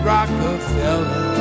Rockefeller